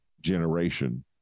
generation